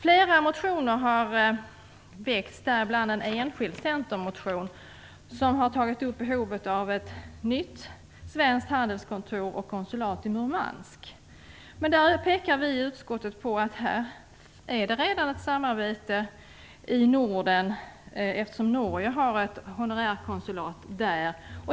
Flera motioner har väckts, däribland en enskild centermotion som har tagit upp behovet av ett nytt svenskt handelskontor och konsulat i Murmansk. Men vi i utskottet pekar på att det där redan finns ett samarbete i Norden, eftersom Norge har ett honorärkonsulat där.